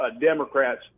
Democrats